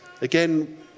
again